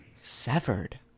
Severed